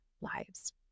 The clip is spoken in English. lives